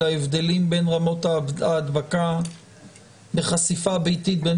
להבדלים בין רמות ההדבקה בחשיפה ביתית בין